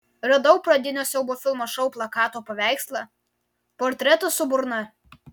radau pradinio siaubo filmo šou plakato paveikslą portretą su burna